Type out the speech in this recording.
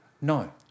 No